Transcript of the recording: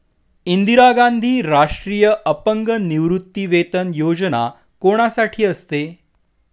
इंदिरा गांधी राष्ट्रीय अपंग निवृत्तीवेतन योजना कोणासाठी असते?